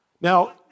Now